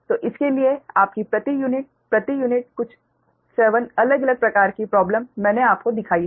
तो इसके लिए आपकी प्रति यूनिट प्रति यूनिट कुछ 7 अलग अलग प्रकार की प्रॉबलम मैंने आपको दिखाई हैं